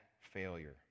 failure